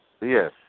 Yes